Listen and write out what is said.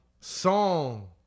Song